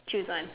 choose one